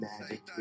magic